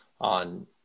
on